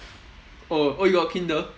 oh oh you got kindle